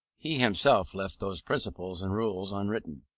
he himself left those principles and rules unwritten.